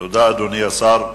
תודה, אדוני השר.